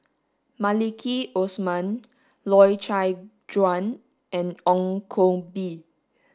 Maliki Osman Loy Chye Chuan and Ong Koh Bee